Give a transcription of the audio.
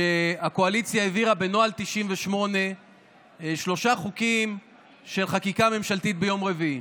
שהקואליציה העבירה בנוהל 98 שלושה חוקים של חקיקה ממשלתית ביום רביעי.